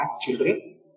children